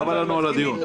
חבל לנו על הדיון.